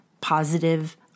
positive